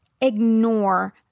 ignore